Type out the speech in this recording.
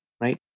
right